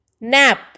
nap